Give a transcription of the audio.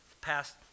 past